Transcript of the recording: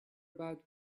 about